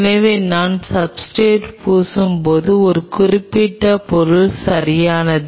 எனவே நான் சப்ஸ்ர்டேட் பூசும்போது இது குறிப்பிட்ட பொருள் சரியானது